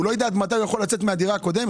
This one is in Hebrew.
הוא לא יודע מתי הוא יכול לצאת מהדירה הקודמת,